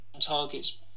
targets